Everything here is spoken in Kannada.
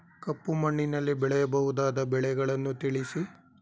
ಕಪ್ಪು ಮಣ್ಣಿನಲ್ಲಿ ಬೆಳೆಯಬಹುದಾದ ಬೆಳೆಗಳನ್ನು ತಿಳಿಸಿ?